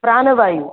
प्राणवायुः